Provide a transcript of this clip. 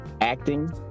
acting